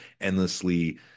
endlessly